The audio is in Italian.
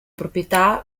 proprietà